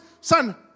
son